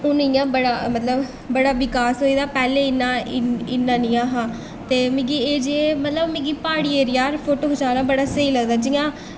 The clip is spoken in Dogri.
हून इ'यां बड़ा मतलब बड़ा बिकास होई दा पैह्लें इन्ना नेईं हा मिगी एह् जेह् मतलब प्हाड़ी एरिये फोटो खचाना बड़ा स्हेई लगदा जि'यां